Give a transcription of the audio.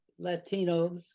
Latinos